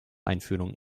einführung